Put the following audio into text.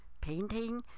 painting